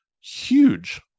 huge